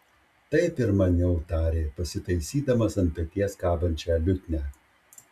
taip ir maniau tarė pasitaisydamas ant peties kabančią liutnią